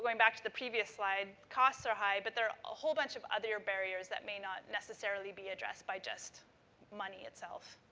back to the previous slide, costs are high, but there are a whole bunch of other barriers that may not necessarily be addressed by just money itself.